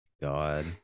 God